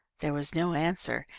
there was no answer,